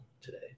today